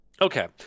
Okay